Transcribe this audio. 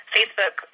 Facebook